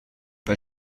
bei